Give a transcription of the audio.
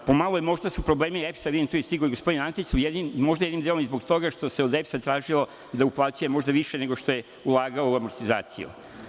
Možda su i problemi EPS, vidim tu je stigao i gospodin Antić, možda jednim delom i zbog toga što se od EPS tražilo da uplaćuje više nego što je ulagala u amortizaciju.